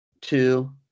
two